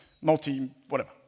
multi-whatever